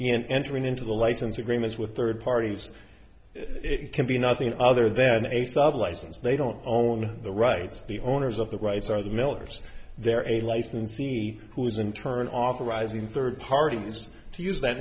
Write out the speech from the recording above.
and entering into the license agreements with third parties it can be nothing other than a sub license they don't own the rights the owners of the rights are the millers there any licensee who is in turn authorizing third parties to use that